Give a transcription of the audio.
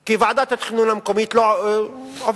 כי ועדת התכנון המקומית לא עובדת,